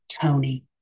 Tony